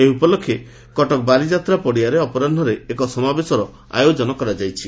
ଏହି ଉପଲକ୍ଷେ କଟକ ବାଲିଯାତ୍ରା ପଡ଼ିଆରେ ଅପରାହ୍ବରେ ଏକ ସମାବେଶର ଆୟୋଜନ କରାଯାଇଛି